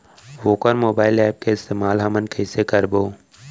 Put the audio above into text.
वोकर mobile app के इस्तेमाल हमन कइसे करबो?